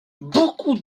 beaucoup